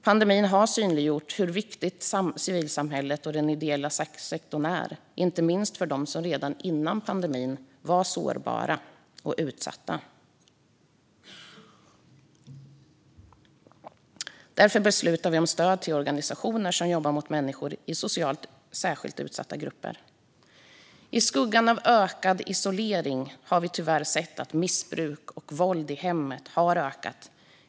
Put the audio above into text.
Pandemin har synliggjort hur viktiga civilsamhället och den ideella sektorn är, inte minst för dem som redan innan pandemin var sårbara och utsatta. Därför beslutar vi om stöd till organisationer som jobbar med människor i socialt särskilt utsatta grupper. I skuggan av ökad isolering har vi tyvärr sett att missbruk och våld i hemmet har ökat.